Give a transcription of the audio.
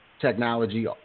technology